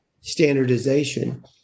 standardization